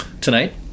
Tonight